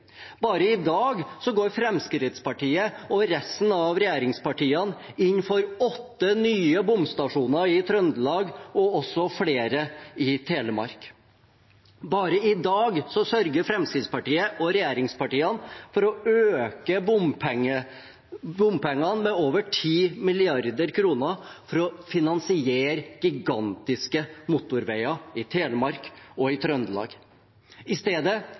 Bare i dag går Fremskrittspartiet og resten av regjeringspartiene inn for åtte nye bomstasjoner i Trøndelag og også flere i Telemark. Bare i dag sørger Fremskrittspartiet og regjeringspartiene for å øke bompengene med over 10 mrd. kr for å finansiere gigantiske motorveier i Telemark og i Trøndelag. I stedet